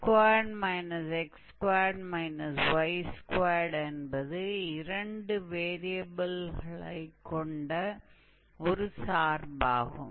aa2 x2 y2என்பது இரண்டு வேரியபில்களைக் கொண்ட ஒரு சார்பாகும்